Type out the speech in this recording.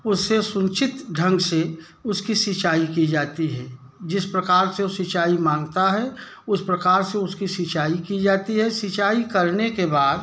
उसे सूचित ढंग से उसकी सिंचाई की जाती है जिस प्रकार से वो सिंचाई माँगता है उस प्रकार से उसकी सिंचाई की जाती है सिंचाई करने के बाद